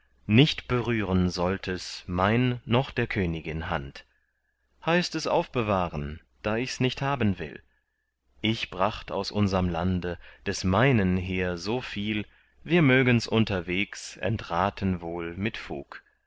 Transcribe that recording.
nicht berühren sollt es mein noch der königin hand heißt es aufbewahren da ich's nicht haben will ich bracht aus unserm lande des meinen her so viel wir mögens unterwegs entraten wohl mit fug